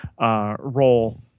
role